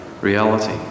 reality